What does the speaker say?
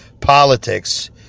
politics